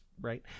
right